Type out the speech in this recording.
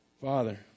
Father